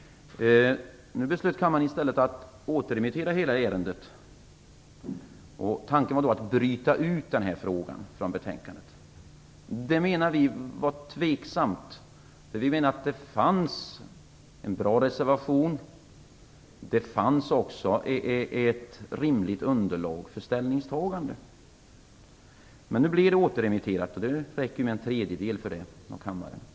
Nu beslöt kammaren i stället att återremittera hela ärendet. Tanken var då att bryta ut den här frågan från betänkandet. Vi menar att det var tveksamt. Vi menar att det fanns en bra reservation och att det också fanns ett rimligt underlag för ett ställningstagande. Nu blev ärendet ändå återremitterat - det räcker ju med att en tredjedel av kammarens ledamöter röstar för det.